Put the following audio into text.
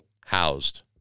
housed